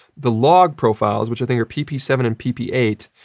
the log profiles, which i think are p p seven and p p eight,